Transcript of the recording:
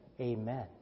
Amen